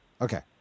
Okay